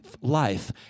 life